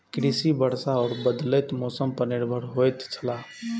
कृषि वर्षा और बदलेत मौसम पर निर्भर होयत छला